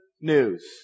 news